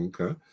Okay